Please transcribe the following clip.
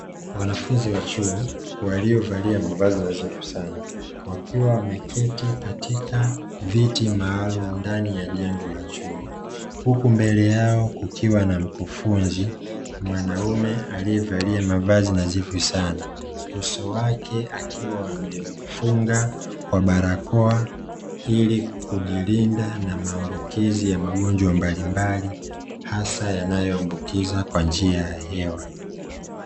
Wanafunzi wa chuo waliovalia mavazi nadhifu sana wakiwa wameketi katika viti maalumu ndani ya jengo la chuo, huku mbele yao kukiwa na mkufunzi mwanaume aliyevalia mavazi nadhifu sana, uso wake akiwa ameufunga barakoa ili kujilinda na maambukizi ya magonjwa mbalimbali hasa yanayoambukiza kwa njia ya hewa.